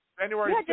January